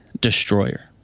Destroyer